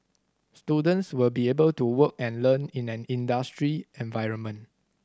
students will be able to work and learn in an industry environment